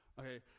okay